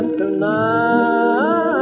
tonight